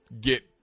get